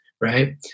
right